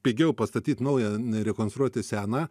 pigiau pastatyt naują nei rekonstruoti seną